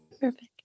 Perfect